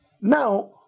now